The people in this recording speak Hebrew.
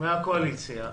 מן הקואליציה.